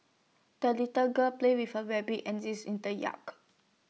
the little girl played with her rabbit and geese in the yak